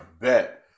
bet